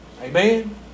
Amen